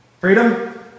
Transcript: freedom